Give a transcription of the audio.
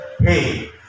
hey